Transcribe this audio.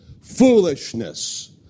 foolishness